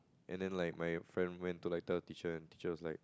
and then like my friend went to like tell teacher and teacher was like